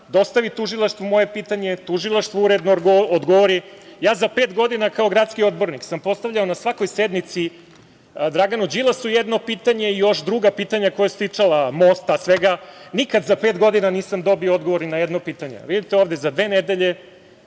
Dostavi Tužilaštvu moje pitanje, Tužilaštvo uredno odgovori. Za pet godina, kao gradski odbornik sam postavljao na svakoj sednici jedno pitanje Draganu Đilasu i još druga pitanja koja su se ticala mosta, svega i nikad za pet godina nisam dobio odgovor ni na jedno pitanje. Vidite ovde, za dve nedelje